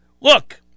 look